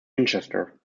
winchester